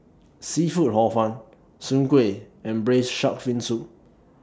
Seafood Hor Fun Soon Kueh and Braised Shark Fin Soup